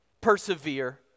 persevere